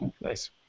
Nice